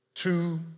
Two